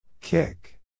Kick